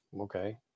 Okay